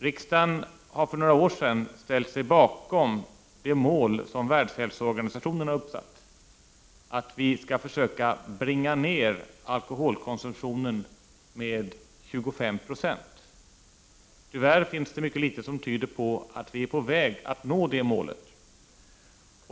Riksdagen ställde sig för några år sedan bakom det mål som Världshälsoorganisationen har satt upp, att vi skall försöka bringa ned alkoholkonsumtionen med 25 960. Tyvärr finns det mycket litet som tyder på att vi är på väg att nå det målet.